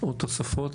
עוד תוספות?